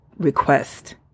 Request